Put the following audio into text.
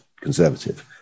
Conservative